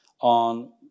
on